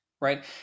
right